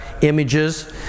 images